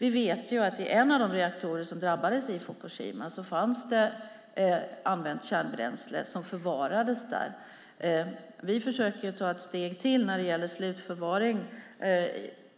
Vi vet ju att det i en av reaktorerna i Fukushima fanns använt kärnbränsle som förvarades där. Vi försöker ta ett steg till när det gäller slutförvaring. Det